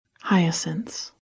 Hyacinths